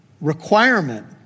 requirement